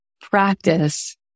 practice